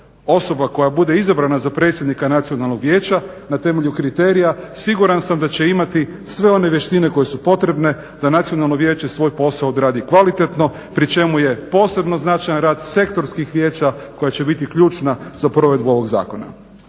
Osoba koja bude izabrana za predsjednika Nacionalnog vijeća na temelju kriterija siguran sam da će imati sve one vještine koje su potrebne da Nacionalno vijeće svoj posao odradi kvalitetno pri čemu je posebno značajan rad sektorskih vijeća koja će biti ključna za provedbu ovog zakona.